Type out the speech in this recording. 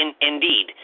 Indeed